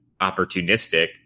opportunistic